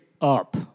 up